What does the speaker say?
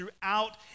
throughout